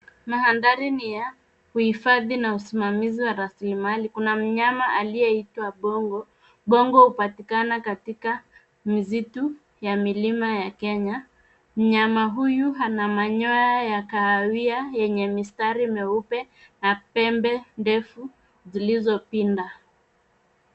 Mandhari ni ya; uhifadhi na usimamizi wa rasilimali. Kuna mnyama aliyeitwa bongo, bongo, hupatikana katika msitu ya milima ya Kenya. Mnyama huyu ana manyoa ya kahawia yenye mistari mieupe na pembe ndefu zilizopinda.